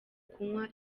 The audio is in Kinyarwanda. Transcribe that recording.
kunywa